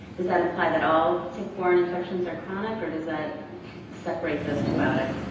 does that imply that all tick-borne infections are chronic, or does that separate those two out? i